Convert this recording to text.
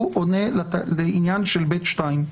הוא עונה לעניין של 2(ב)(2).